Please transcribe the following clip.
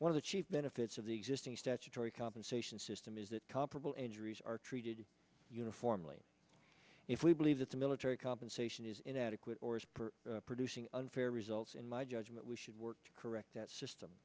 one of the chief benefits of the existing statutory compensation system is that comparable injuries are treated uniformly if we believe that the military compensation is inadequate or as per producing unfair results in my judgment we should work to correct that system